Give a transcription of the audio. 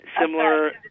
Similar